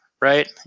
right